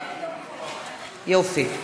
יופי.